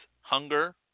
hunger